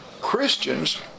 Christians